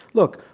look,